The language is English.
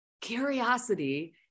Curiosity